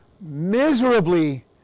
miserably